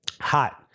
Hot